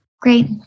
Great